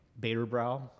Baderbrow